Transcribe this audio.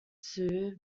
zoo